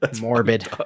morbid